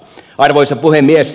arvoisa puhemies